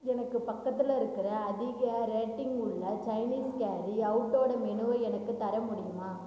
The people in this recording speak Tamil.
எனக்கு பக்கத்தில் இருக்கிற அதிக ரேட்டிங் உள்ள சைனீஸ் கேரி அவுட்டோட மெனுவை எனக்கு தர முடியுமா